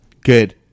Good